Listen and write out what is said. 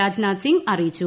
രാജ്നാഥ് സിംഗ് അറിയിച്ചു